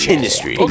Industry